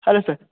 hello sir